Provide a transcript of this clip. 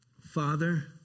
Father